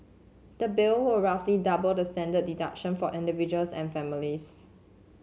the bill would roughly double the standard deduction for individuals and families